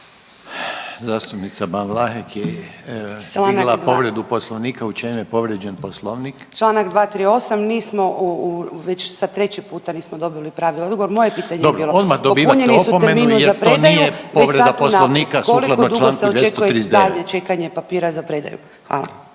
Zastupnica Ban Vlahek je digla povredu Poslovnika, u čem je povrijeđen Poslovnik? **Ban, Boška (SDP)** Čl. 238., nismo, već sad treći puta nismo dobili pravi odgovor. Moje pitanje je bilo, popunjeni su termini za predaju već sad unaprijed, koliko dugo se očekuje daljnje čekanje papira za predaju? Hvala.